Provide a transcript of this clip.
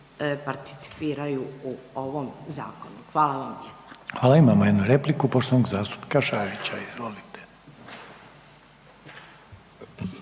Hvala vam lijepa.